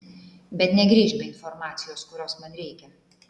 bet negrįžk be informacijos kurios man reikia